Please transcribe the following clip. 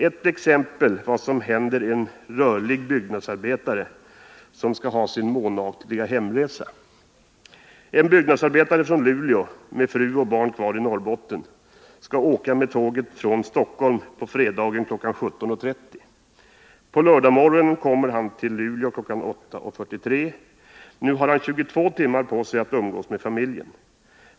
Jag skall redovisa vad som händer en rörlig byggnadsarbetare som skall utnyttja sin månatliga hemresa: En byggnadsarbetare från Luleå, med fru och barn kvar i Norrbotten, skall åka med tåget från Stockholm på fredag kl. 17.30. På lördagsmorgonen kommer han till Luleå kl. 8.43. Nu har han 22 timmar på sig att umgås med familjen.